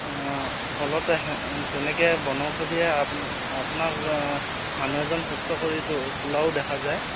ফলত তেনেকৈ বনষধিয়ে আপ আপোনাক মানুহ এজন সুস্থ কৰি তো তোলাও দেখা যায়